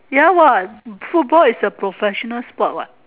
ya what football is a professional sport what